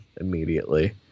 immediately